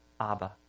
Abba